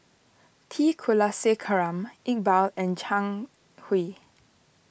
T Kulasekaram Iqbal and Zhang Hui